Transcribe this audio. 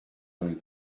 vingt